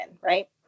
right